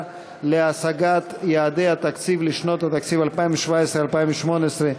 להשגת יעדי התקציב לשנות התקציב 2017 ו-2018),